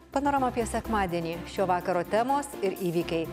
panorama apie sekmadienį šio vakaro temos ir įvykiai